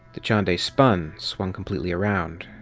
dachande spun, swung completely around,